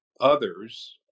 others